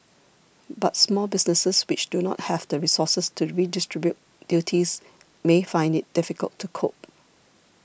but small businesses which do not have the resources to redistribute duties may find it difficult to cope